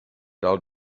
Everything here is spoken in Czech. dal